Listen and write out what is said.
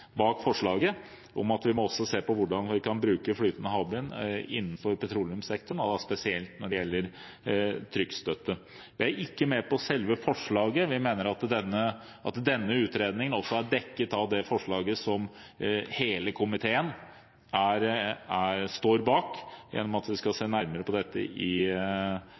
bak forslaget om at vi også må se på hvordan vi kan bruke flytende havvind innenfor petroleumssektoren, spesielt når det gjelder trykkstøtte. Vi er ikke med på selve forslaget, vi mener at denne utredningen også er dekket av det forslaget som hele komiteen står bak gjennom at vi skal se nærmere på dette i